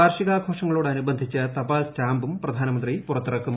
വാർഷികാഘോഷങ്ങളോട്നുബന്ധിച്ച് തപാൽ സ്റ്റാമ്പും പ്രധാനമന്ത്രി പുറത്തിറക്കും